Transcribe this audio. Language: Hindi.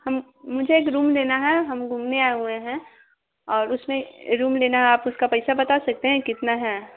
हम मुझे एक रूम लेना है हम घूमने आए हुए हैं और उसमें रूम लेना है आप उसका पैसा बता सकते हैं कितना है